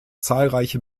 zahlreiche